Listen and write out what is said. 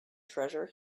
treasure